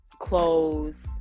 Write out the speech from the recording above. clothes